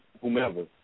whomever